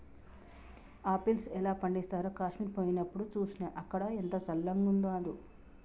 apples ఎలా పండిస్తారో కాశ్మీర్ పోయినప్డు చూస్నా, అక్కడ ఎంత చల్లంగున్నాదో